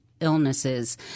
illnesses